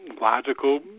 logical